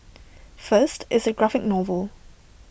first it's A graphic novel